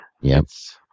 Yes